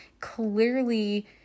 Clearly